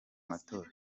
matora